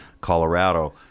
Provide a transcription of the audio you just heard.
Colorado